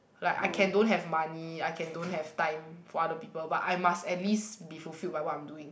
like I can don't have money I can don't have time for other people but I must at least be fulfilled by what I'm doing